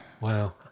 Wow